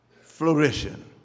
flourishing